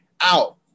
out